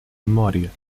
memória